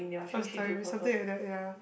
first time something like that ya